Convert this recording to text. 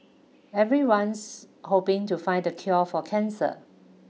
everyone's hoping to find the cure for cancer